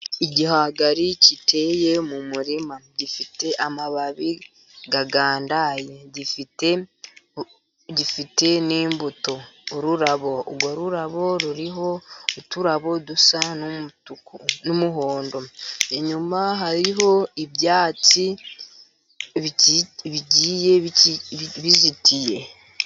Igihwagari giteye mu murima, gifite amababi agandaye, gifite n'imbuto, ururabo, urwo rurabo ruriho uturabo dusa n'umuhondo, inyuma hariho ibyatsi bigiye bizitiye.